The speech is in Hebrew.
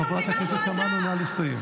הוצאת אותי מהוועדה.